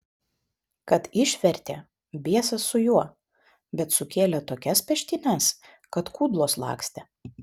kad išvertė biesas su juo bet sukėlė tokias peštynes kad kudlos lakstė